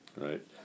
Right